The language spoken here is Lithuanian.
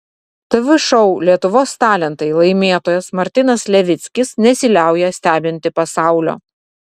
tv šou lietuvos talentai laimėtojas martynas levickis nesiliauja stebinti pasaulio